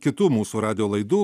kitų mūsų radijo laidų